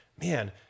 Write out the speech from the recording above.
man